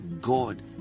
God